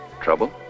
Trouble